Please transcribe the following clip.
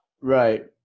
Right